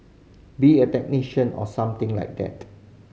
be a technician or something like that